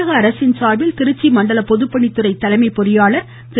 தமிழக அரசின் சார்பில் திருச்சி மண்டல பொதுப்பணித்துறை தலைமை பொறியாளர் திரு